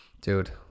dude